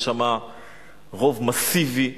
יש שם רוב מסיבי,